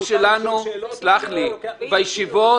--- בישיבות